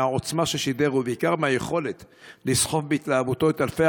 מהעוצמה ששידר ובעיקר מהיכולת לסחוף בהתלהבותו את אלפי